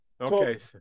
Okay